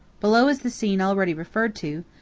below is the scene already referred to,